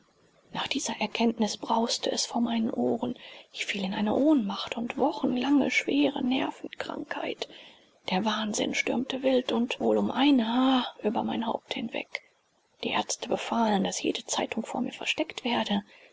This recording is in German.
nach dieser erkenntnis brauste es vor meinen ohren ich fiel in eine ohnmacht und wochenlange schwere nervenkrankheit der wahnsinn stürmte wild und wohl um ein haar über mein haupt hinweg die ärzte befahlen daß jede zeitung vor mir versteckt werde